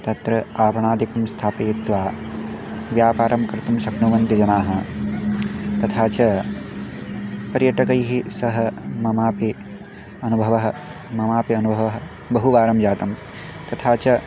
तत्र आपणादिकं स्थापयित्वा व्यापारं कर्तुं शक्नुवन्ति जनाः तथा च पर्यटकैः सह ममापि अनुभवः ममापि अनुभवः बहु वारं जातं तथा च